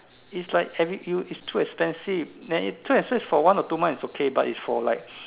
is like every you is too expensive then if too expensive for one or two months it's okay but is for like